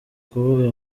kuvuga